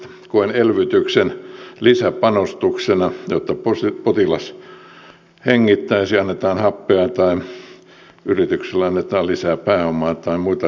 koen elvytyksen lisäpanostuksena jotta potilas hengittäisi ja annetaan happea tai yritykselle annetaan lisää pääomaa tai muita resursseja